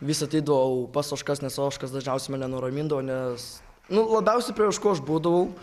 vis ateidavau pas ožkas nes ožkos dažniausiai mane nuramindavo nes nu labiausiai prie ožkų aš būdavau